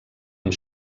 amb